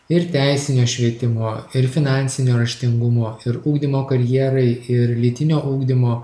ir teisinio švietimo ir finansinio raštingumo ir ugdymo karjerai ir lytinio ugdymo